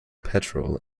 petrol